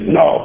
no